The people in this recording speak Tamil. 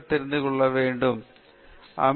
தென் அமெரிக்கர்கள் என்ன வேலை செய்கிறார்கள்